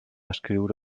escriure